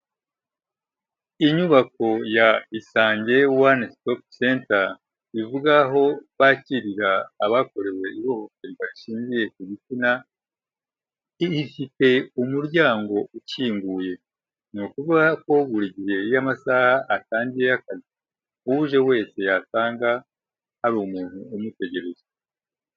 Inyubako ya Isange One Stop Center bivuga aho bakirira abakorewe ihohoterwa bashingiye ku gitsina ifite umuryango ukinguye, ni ukuvuga ko buri gihe iyo amasaha atangiye y'akazi uje wese yasanga hari umuntu umutegereje.